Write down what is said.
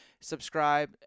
subscribe